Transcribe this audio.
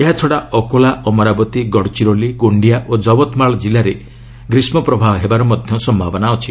ଏହାଛଡ଼ା ଅକୋଲା ଅମରାବତୀ ଗଡ଼୍ଚିରୋଲି ଗୋଣ୍ଡିଆ ଓ ଜବତ୍ମାଲ ଜିଲ୍ଲାରେ ମଧ୍ୟ ଗ୍ରୀଷ୍କପ୍ରବାହ ହେବାର ସମ୍ଭାବନା ଅଛି